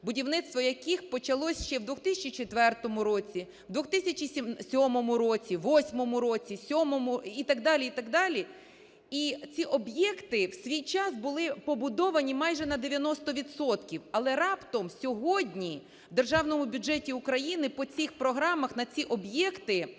будівництво яких почалось ще в 2004 році, в 2007 році, 8-му році, 7-му і так далі, і так далі. І ці об'єкти в свій час були побудовані майже на 90 відсотків. Але раптом сьогодні в Державному бюджеті України по цих програмах на ці об'єкти